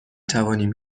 توانیم